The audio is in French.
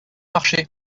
marché